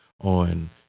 on